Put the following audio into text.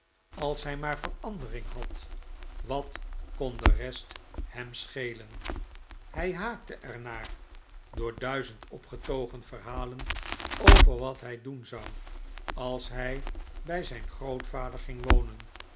als hij maar verandering had wat kon de rest hem schelen hij haakte er naar door duizend opgetogen verhalen over wat hij doen zou als hij bij zijn grootvader ging wonen